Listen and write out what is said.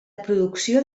producció